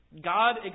God